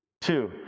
Two